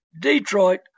Detroit